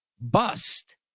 bust